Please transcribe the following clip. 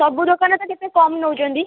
ସବୁ ଦୋକାନ ତ କେତେ କମ୍ ନେଉଛନ୍ତି